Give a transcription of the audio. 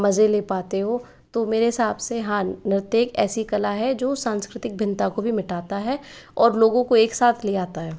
मज़े ले पाते हो तो मेरे हिसाब से हाँ नृत्य एक ऐसी कला है जो सांकृतिक भिन्नता को भी मिटाती है और लोगों को एक साथ ले आता है